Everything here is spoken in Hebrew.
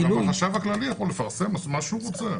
גם החשב הכללי יכול לפרסם מה שהוא רוצה.